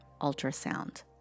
ultrasound